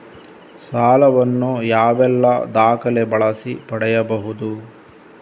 ಸಾಲ ವನ್ನು ಯಾವೆಲ್ಲ ದಾಖಲೆ ಬಳಸಿ ಪಡೆಯಬಹುದು?